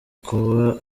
kuba